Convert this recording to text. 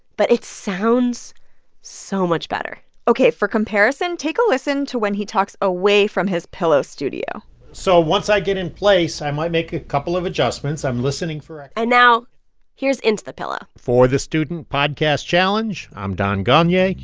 but it sounds so much better ok. for comparison, take a listen to when he talks away from his pillow studio so once i get in place, i might make a couple of adjustments. i'm listening for. and now here's into the pillow for the student podcast challenge, i'm don gonyea,